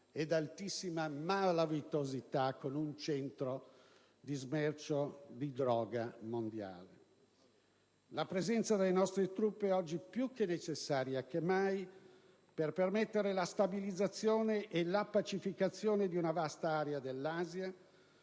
e da altissima malavitosità, con un centro di smercio di droga mondiale. La presenza delle nostre truppe oggi è più che mai necessaria, per permettere la stabilizzazione e la pacificazione di una vasta area dell'Asia